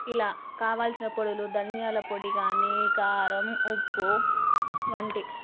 ఇలా కావాలసిన పొడులు ధనియాల పొడి కానీ కారం ఉప్పు వంటి